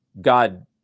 God